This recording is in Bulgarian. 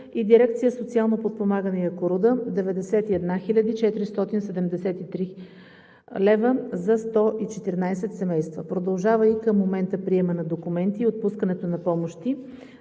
и дирекция „Социално подпомагане“ – Якоруда – 91 хил. 473 лв. за 114 семейства. Продължава и към момента приемът на документи и отпускането на помощи.